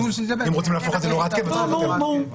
אז אם רוצים להפוך את זה להוראת קבע צריך לבטל אותו.